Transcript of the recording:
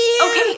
Okay